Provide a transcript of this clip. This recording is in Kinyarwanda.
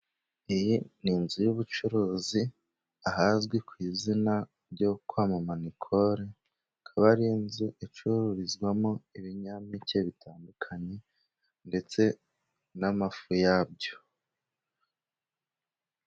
Iyi ni inzu y'ubucuruzi ahazwi ku izina ryo kwa mama nicole, akaba ari inzu icururizwamo ibinyampeke bitandukanye, ndetse n'amafu yabyo.